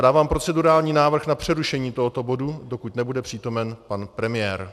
A dávám procedurální návrh na přerušení tohoto bodu, dokud nebude přítomen pan premiér.